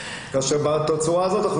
כאשר בתצורה הזאת.